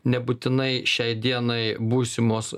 nebūtinai šiai dienai būsimos